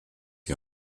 die